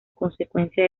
consecuencia